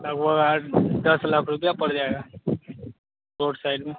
लगभग आठ दस लाख रुपया पड़ जाएगा रोड साइड में